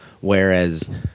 whereas